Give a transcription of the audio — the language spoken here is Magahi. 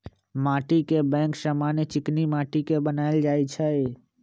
माटीके बैंक समान्य चीकनि माटि के बनायल जाइ छइ